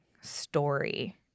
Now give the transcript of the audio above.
story